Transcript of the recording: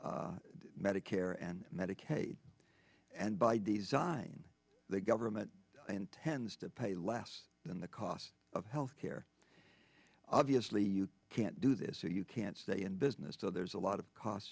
medicare and medicaid and by design the government intends to pay less than the cost of health care obviously you can't do this so you can stay in business so there's a lot of cost